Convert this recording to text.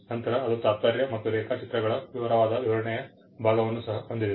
ನಂತರ ಅದು ತಾತ್ಪರ್ಯ ಮತ್ತು ರೇಖಾಚಿತ್ರಗಳ ವಿವರವಾದ ವಿವರಣೆಯ ಭಾಗವನ್ನು ಸಹ ಹೊಂದಿದೆ